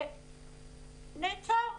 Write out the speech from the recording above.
נעצר,